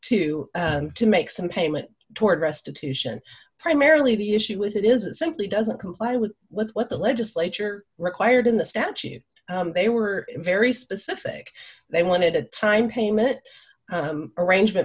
to to make some payment toward restitution primarily the issue with it is it simply doesn't comply with what the legislature required in the statute they were very specific they wanted a time payment arrangement